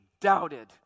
doubted